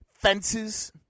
Fences